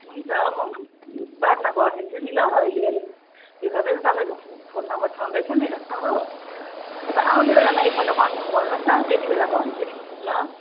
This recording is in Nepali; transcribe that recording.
हुन्छ म बादमा गरिदिन्छु नि त अहिले अलिक तपाईँको फोन नम्बर छँदैछ मेरो त हो अन्त आउने बेलामा एकपल्ट कन्फर्म गर्नुहोस् न त्यति बेला भन्छु नि ल